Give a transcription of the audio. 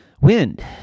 wind